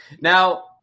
Now